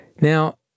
Now